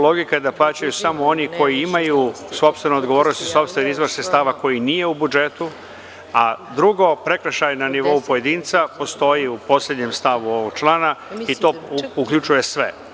Logika je da plaćaju samo oni koji imaju sopstvenu odgovornost i sopstveni izvor sredstava koji nije u budžetu, a drugo, prekršaj na nivou pojedinca postoji u poslednjem stavu ovog člana i to uključuje sve.